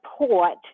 support